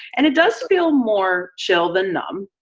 and it does feel more chill than numb,